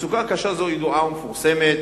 המצוקה הקשה הזאת ידועה ומפורסמת,